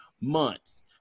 months